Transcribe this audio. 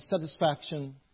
satisfaction